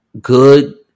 good